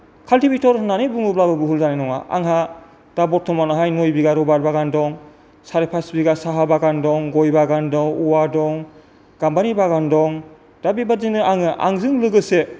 cultivator होननानै बुङोब्लाबो भुल जानाय नङा आंहा दा बर्तमानावहाय नय बिगा रबार बागान दं सारे पास बिघा साहा बागान दं गय बागान दं औवा दं गाम्बारि बागान दं दा बेबायदिनो आङो आंजों लोगोसे